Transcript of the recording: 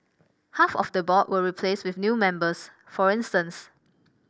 half of the board were replaced with new members for instance